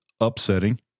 upsetting